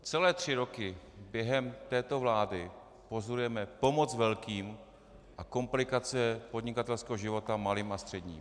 Celé tři roky během této vlády pozorujeme pomoc velkým a komplikace podnikatelského života malým a středním.